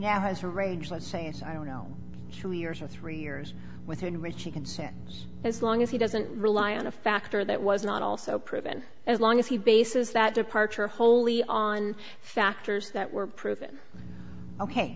now has a rage let's say it's i don't know who years or three years with enriching consent as long as he doesn't rely on a factor that was not also proven as long as he bases that departure wholly on factors that were proven